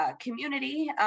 community